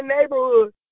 neighborhood